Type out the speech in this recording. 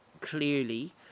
clearly